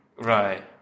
Right